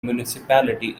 municipality